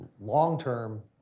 long-term